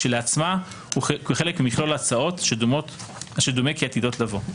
כשלעצמה וכחלק ממכלול ההצעות אשר דומה כי עתידות לבוא.